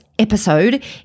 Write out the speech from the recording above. episode